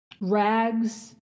rags